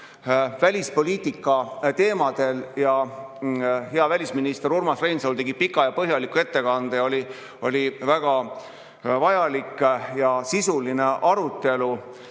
välispoliitika teemadel. Hea välisminister Urmas Reinsalu tegi pika ja põhjaliku ettekande, oli väga vajalik ja sisuline arutelu.